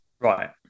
Right